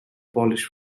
polish